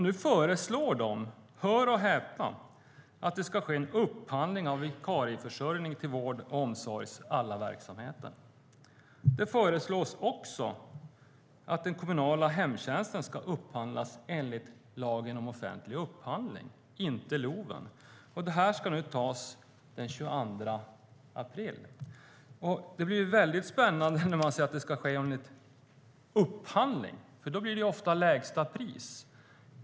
Nu föreslår man, hör och häpna, att det ska ske en upphandling av vikarieförsörjning till vård och omsorgs alla verksamheter. Det föreslås också att den kommunala hemtjänsten ska upphandlas enligt lagen om offentlig upphandling, inte LOV. Beslut ska fattas den 22 april. Det blir väldigt spännande när man säger att det ska ske en upphandling, för då blir det ofta lägsta pris.